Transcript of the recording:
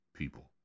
people